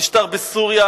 המשטר בסוריה,